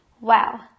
Wow